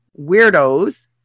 weirdos